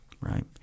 right